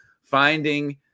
finding